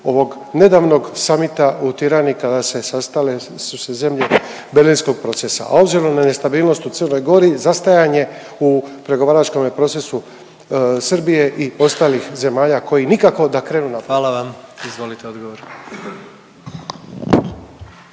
ovog nedavnog samita u Tirani kada se sastale, su se zemlje Berlinskog procesa, a obzirom na nestabilnost u Crnoj Gori zastajanje u pregovaračkome procesu Srbije i ostalih zemalja koji nikako da krenu naprijed? **Jandroković, Gordan